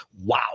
Wow